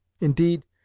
Indeed